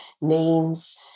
names